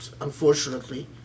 unfortunately